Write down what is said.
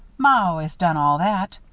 ma always done all that.